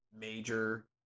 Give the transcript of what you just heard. major